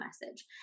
message